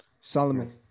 Solomon